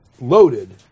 loaded